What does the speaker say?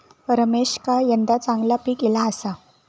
रमेशका यंदा चांगला पीक ईला आसा